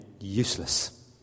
useless